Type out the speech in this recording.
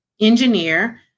engineer